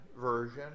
version